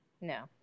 No